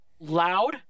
Loud